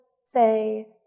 say